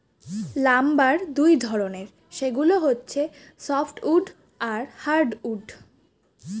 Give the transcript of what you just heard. lumber দুই ধরনের, সেগুলো হচ্ছে সফ্ট উড আর হার্ড উড